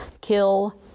kill